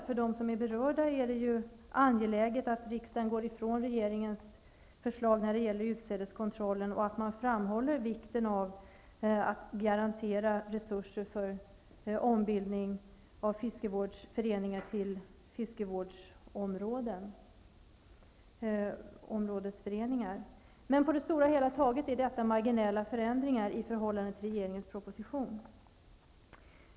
För dem är det ju angeläget att riksdagen går ifrån regeringens förslag när det gäller utsädeskontrollen och att man framhåller vikten av att garantera resurser för ombildning av fiskevårdsföreningar till fiskevårdsområdesföreningar. På det stora hela är detta marginella förändringar i förhållande till regeringens proposition.